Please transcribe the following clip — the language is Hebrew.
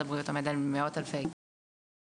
הבריאות עומד על מאות מיליוני שקלים בשנה.